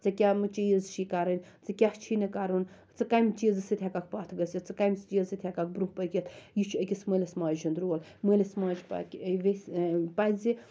ژےٚ کم چیٖز چھی کَرٕنۍ ژےٚ کیاہ چھُے نہٕ کَرُن ژٕ کمہ چیٖزٕ سۭتۍ ہیٚکَکھ پتھ گٔژھِتھ ژٕ کمہ چیٖزٕ سۭتۍ ہیٚکَکھ برونٛہہ پٔکِتھ یہِ چھُ أکِس مٲلِس ماجہِ ہُنٛد رول مٲلِس ماجہِ پَزِ